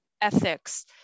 ethics